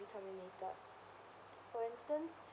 be terminated for instance